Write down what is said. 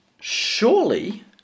surely